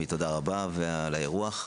ותודה על האירוח,